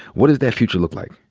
what does that future look like?